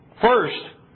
First